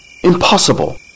Impossible